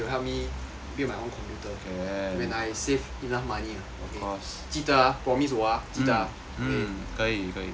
build my own computer when I save enough money ah 记得啊 promise 我啊记得啊 okay